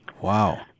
Wow